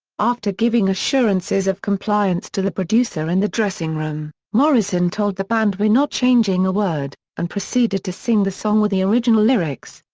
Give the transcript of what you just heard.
after giving assurances of compliance to the producer in the dressing room, morrison told the band we're not changing a word and proceeded to sing the song with the original lyrics.